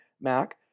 Mac